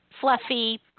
fluffy